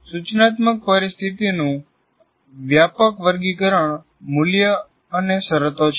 સૂચનાત્મક પરિસ્થિતિનું વ્યાપક વર્ગીકરણ મૂલ્ય અને શરતો છે